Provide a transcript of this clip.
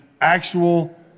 actual